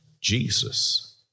Jesus